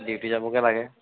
duty যাবগৈ লাগে